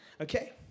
Okay